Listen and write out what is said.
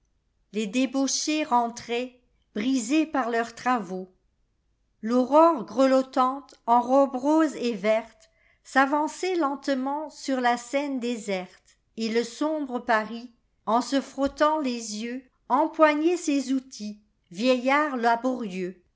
les débauchés rentraient brisés par leurs travaux l'aurore grelottante en robe rose et vertes'avançait lentement sur la seine déserte el le sombre paris en se frottant les yeux êinpoignait ses outils vieillard laborieux